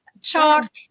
chalk